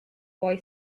boy